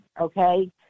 okay